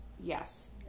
yes